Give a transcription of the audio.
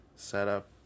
Setup